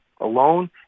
alone